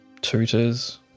tutors